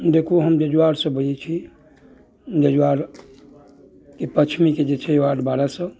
देखू हम बेजुआरसँ बजैत छी बेजुआर के पछमीके जे छै वार्ड बारह सए